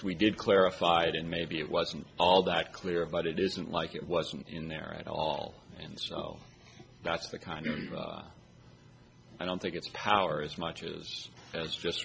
we did clarified and maybe it wasn't all that clear but it isn't like it wasn't in there at all and so that's the kind of i don't think it's a power as much as